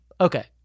Okay